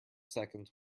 seconds